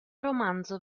romanzo